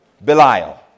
Belial